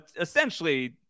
essentially